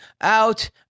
out